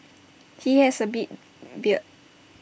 he has A big beard